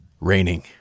Raining